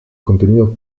contenidos